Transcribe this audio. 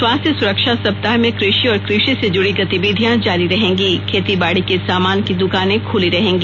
स्वास्थ्य सुरक्षा सप्ताह में क्रषि और कृषि से जुड़ी गतिविधियां जारी रहेंगी खेतीबाड़ी के सामान की दुकानें खुली रहेंगी